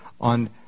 on